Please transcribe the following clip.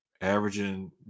averaging